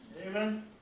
Amen